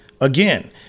again